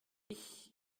ich